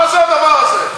מה זה הדבר הזה?